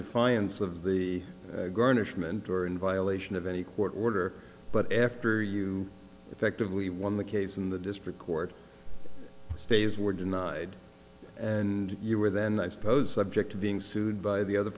defiance of the garnishment or in violation of any court order but after you effectively won the case in the district court stays were denied and you were then i suppose object to being sued by the other